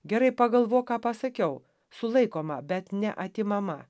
gerai pagalvok ką pasakiau sulaikoma bet neatimama